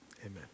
amen